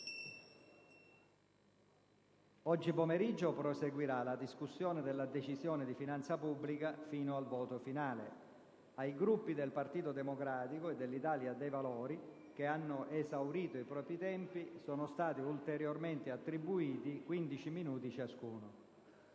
Oggi pomeriggio proseguirà la discussione della Decisione di finanza pubblica fino al voto finale. Ai Gruppi del Partito Democratico e dell'Italia dei Valori, che hanno esaurito i propri tempi, sono stati ulteriormente attribuiti 15 minuti ciascuno.